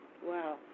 Wow